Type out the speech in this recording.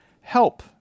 help